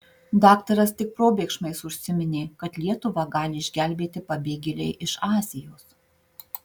daktaras tik probėgšmais užsiminė kad lietuvą gali išgelbėti pabėgėliai iš azijos